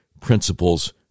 Principles